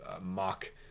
mock